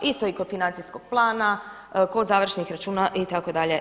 Isto je i kod financijskog plana, kod završnih računa itd.